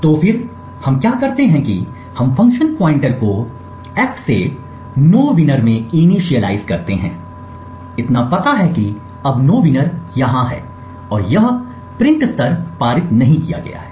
तो फिर हम क्या करते हैं कि हम फंक्शन पॉइंटर को f से नो विनर में इनिशियलाइज़ करते हैं इतना पता है कि अब नो विनर यहाँ है और यह प्रिंट स्तर पारित नहीं किया गया है